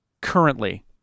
currently